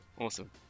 Awesome